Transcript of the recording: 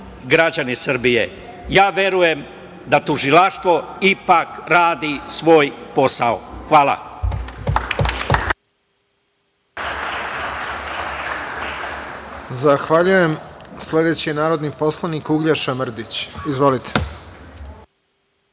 građana Srbije. Verujem da tužilaštvo ipak radi svoj posao. Hvala.